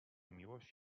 miłość